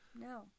no